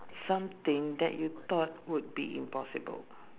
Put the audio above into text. something that you thought would be impossible